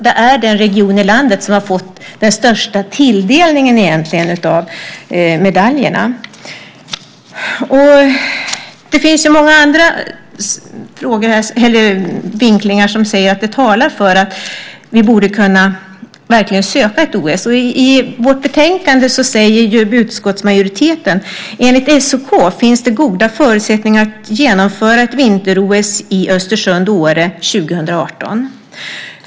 Det är den region i landet som har fått den största tilldelningen av medaljerna. Det finns många andra vinklingar som talar för att vi borde kunna söka ett OS. Utskottsmajoriteten säger i betänkandet: "Enligt SOK finns det goda förutsättningar att genomföra ett vinter-OS i Östersund/Åre 2018.